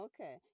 Okay